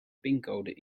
pincode